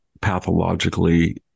pathologically